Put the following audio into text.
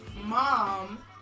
mom